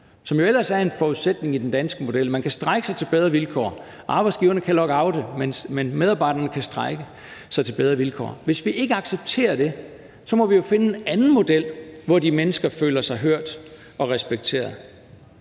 som jo ellers er en forudsætning i den danske model, hvor man kan strejke sig til bedre vilkår – arbejdsgiverne kan lockoute, men medarbejderne kan strejke sig til bedre vilkår – så må vi finde en anden model, hvor de mennesker føler sig hørt og respekteret.